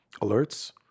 alerts